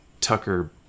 Tucker